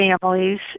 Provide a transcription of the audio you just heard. families